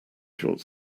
short